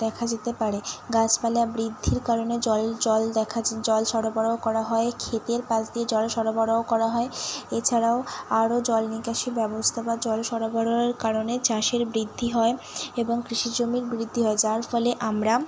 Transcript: দেখা যেতে পারে গাছপালা বৃদ্ধির কারণে জল জল দেখাচ জল সরবরাহ করা হয় খেতের পাশ দিয়ে জল সরবরাহ করা হয় এছাড়াও আরো জল নিকাশী ব্যবস্থা বা জল সরবরাহের কারণে চাষের বৃদ্ধি হয় এবং কৃষি জমির বৃদ্ধি হয় যার ফলে আমরা